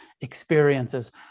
experiences